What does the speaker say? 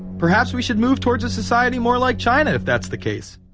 perhaps we should move towards a society more like china, if that's the case.